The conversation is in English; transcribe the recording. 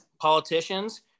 politicians